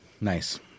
Nice